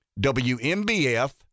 wmbf